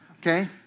Okay